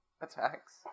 attacks